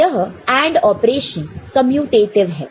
तो यह AND operation commutative है